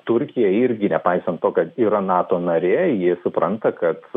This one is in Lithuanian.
turkija irgi nepaisant to kad yra nato narė ji supranta kad